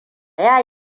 ya